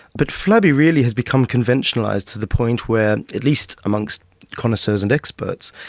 but flabby really has become conventionalised to the point where at least amongst connoisseurs and experts,